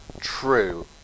true